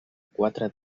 quatre